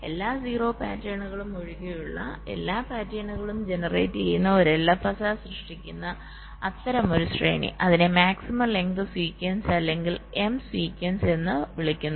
എല്ലാ 0 പാറ്റേണും ഒഴികെയുള്ള എല്ലാ പാറ്റേണുകളും ജനറേറ്റുചെയ്യുന്ന ഒരു LFSR സൃഷ്ടിക്കുന്ന അത്തരം ഒരു ശ്രേണി അതിനെ മാക്സിമം ലെങ്ത് സീക്വൻസ് അല്ലെങ്കിൽ എം സീക്വൻസ് എന്ന് വിളിക്കുന്നു